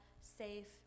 safe